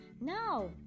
Now